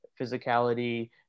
physicality